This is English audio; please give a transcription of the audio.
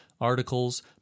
articles